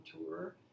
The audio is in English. tour